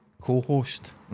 co-host